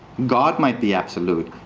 god might be absolute.